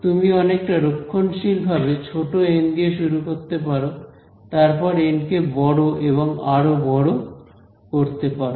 তুমি অনেকটা রক্ষণশীল ভাবে ছোট এন নিয়ে শুরু করতে পারো তারপর এন কে বড় এবং আরো বড় করতে পারো